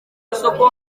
isoko